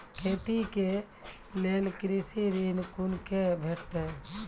खेती के लेल कृषि ऋण कुना के भेंटते?